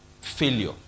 failure